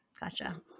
gotcha